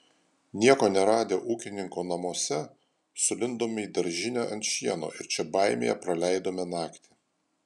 nieko neradę ūkininko namuose sulindome į daržinę ant šieno ir čia baimėje praleidome naktį